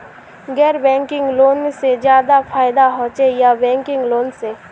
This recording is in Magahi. गैर बैंकिंग लोन से ज्यादा फायदा होचे या बैंकिंग लोन से?